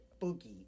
Boogie